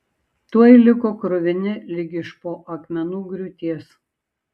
tuoj liko kruvini lyg iš po akmenų griūties